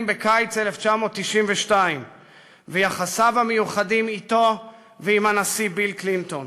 בקיץ 1992 ויחסיו המיוחדים אתו ועם הנשיא ביל קלינטון.